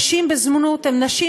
נשים בזנות הן נשים